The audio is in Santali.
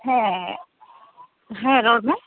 ᱦᱮᱸ ᱦᱮᱸ ᱨᱚᱲ ᱢᱮ